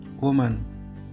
Woman